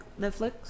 Netflix